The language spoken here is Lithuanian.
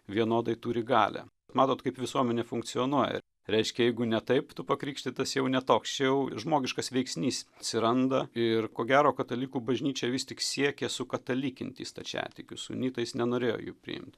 vienodai turi galią matot kaip visuomenė funkcionuoja reiškia jeigu ne taip tu pakrikštytas jau ne toks čia jau žmogiškas veiksnys atsiranda ir ko gero katalikų bažnyčia vis tik siekė sukatalikinti stačiatikius su unitais nenorėjo jų priimt